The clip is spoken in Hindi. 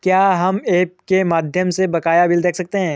क्या हम ऐप के माध्यम से बकाया बिल देख सकते हैं?